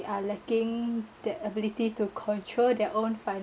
are lacking the ability to control their own finances